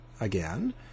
again